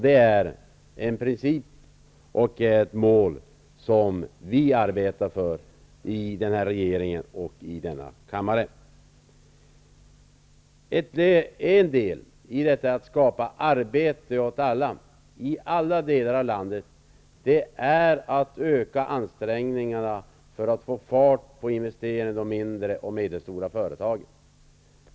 Det är en princip och ett mål som vi arbetar för i regeringen och i denna kammare. En del i att skapa arbete åt alla i alla delar av landet är att öka ansträngningarna för att få fart på investeringarna i de mindre och medelstora företagen.